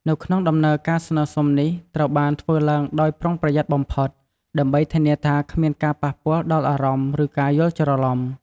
នៅក្នុង ដំណើរការស្នើសុំនេះ ត្រូវបានធ្វើឡើងដោយប្រុងប្រយ័ត្នបំផុត ដើម្បីធានាថាគ្មានការប៉ះពាល់ដល់អារម្មណ៍ ឬការយល់ច្រឡំ។